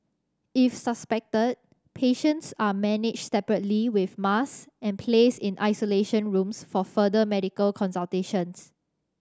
if suspected patients are managed separately with mask and placed in isolation rooms for further medical consultations